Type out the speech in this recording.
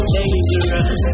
dangerous